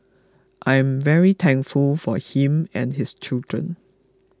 I'm very thankful for him and his children